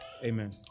Amen